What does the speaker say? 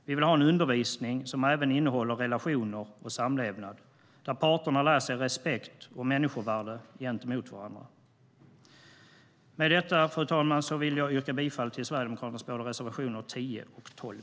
Vi vill ha en undervisning som även handlar om relationer och samlevnad, där parterna lär sig visa respekt och människovärde för varandra. Med detta, fru talman, vill jag yrka bifall till Sverigedemokraternas reservationer 10 och 12.